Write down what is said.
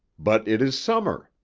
but it is summer,